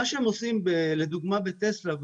מה שעושים למשל בטסלה,